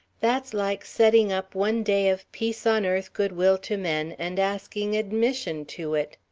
that's like setting up one day of peace on earth, good will to men, and asking admission to it.